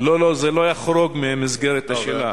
לא, זה לא יחרוג ממסגרת השאלה.